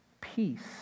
peace